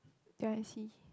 ya I see